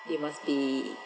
they must be